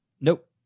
Nope